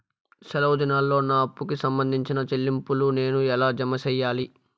సెలవు దినాల్లో నా అప్పుకి సంబంధించిన చెల్లింపులు నేను ఎలా జామ సెయ్యాలి?